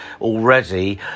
already